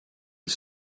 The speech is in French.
ils